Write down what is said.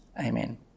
Amen